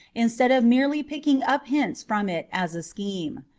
instead of merely picking up hints from it as a scheme.